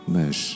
mas